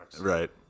Right